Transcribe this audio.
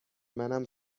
منم